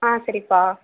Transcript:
ஆ சரிப்பா